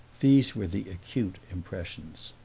these were the acute impressions.